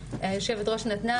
שיושבת הראש נתנה,